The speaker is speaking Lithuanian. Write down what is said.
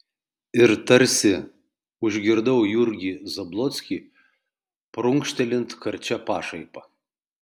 ir tarsi užgirdau jurgį zablockį prunkštelint karčia pašaipa